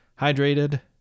hydrated